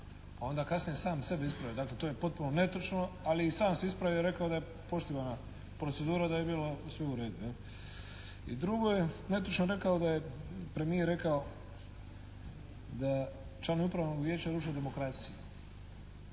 onda kasnije sam sebe ispravio, dakle to je potpuno netočno, ali i sam se ispravio i rekao da je poštivana procedura, da je bilo sve u redu, jel'. I drugo je netočno rekao da je premijer rekao da članovi upravnog vijeća ruše demokraciju.